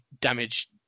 damage